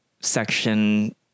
section